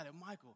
Michael